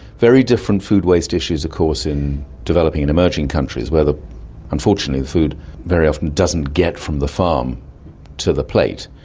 very different food waste issues of course in developing and emerging countries where unfortunately the food very often doesn't get from the farm to the plate.